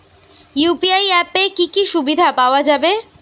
UPI অ্যাপে কি কি সুবিধা পাওয়া যাবে?